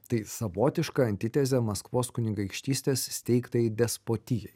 tai savotiška antitezė maskvos kunigaikštystės steigtai despotijai